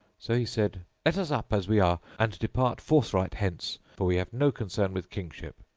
so he said, let us up as we are and depart forthright hence, for we have no concern with kingship,